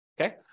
Okay